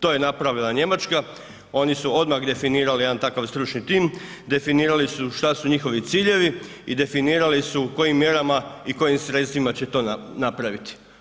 To je napravila Njemačka, oni su odmah definirali jedan takav stručni tim, definirali su šta su njihovi ciljevi i definirali su kojim mjerama i kojim sredstvima će to napraviti.